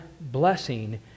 blessing